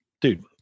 Dude